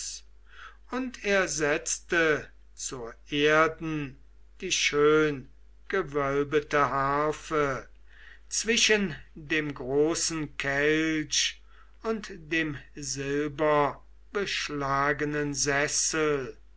und er setzte zur erden die schöngewölbete harfe zwischen dem großen kelch und dem silberbeschlagenen sessel